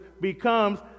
becomes